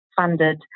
funded